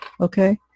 Okay